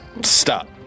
Stop